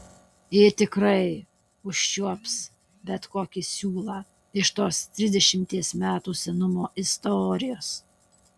ji tikrai užčiuops bet kokį siūlą iš tos trisdešimties metų senumo istorijos